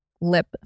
lip